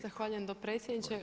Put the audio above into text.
Zahvaljujem dopredsjedniče.